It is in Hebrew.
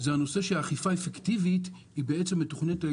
זה הנושא שאכיפה אפקטיבית מתוכננת על